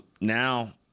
now